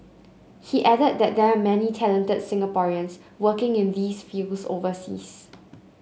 he added that there are many talented Singaporeans working in these fields overseas